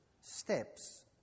steps